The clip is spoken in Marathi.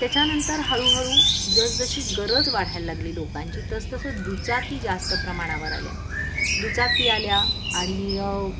त्याच्यानंतर हळूहळू जरजशी गरज वाढायला लागली लोकांची तस तसं दुचाकी जास्त प्रमाणावर आल्या दुचाकी आल्या आणि